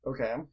Okay